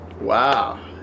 Wow